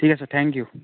ঠিক আছে thank U